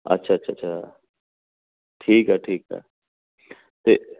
ਅੱਛਾ ਅੱਛਾ ਅੱਛਾ ਠੀਕ ਹੈ ਠੀਕ ਹੈ ਅਤੇ